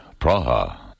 Praha